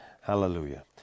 Hallelujah